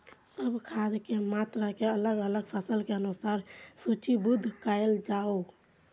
सब खाद के मात्रा के अलग अलग फसल के अनुसार सूचीबद्ध कायल जाओ?